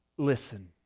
Listen